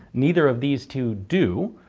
neither of these two do.